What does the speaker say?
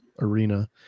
Arena